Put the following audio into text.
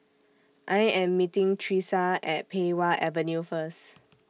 I Am meeting Thresa At Pei Wah Avenue First